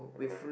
and then